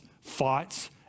fights